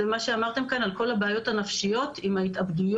זה מה שאמרתם כאן על כל הבעיות הנפשיות עם ההתאבדויות,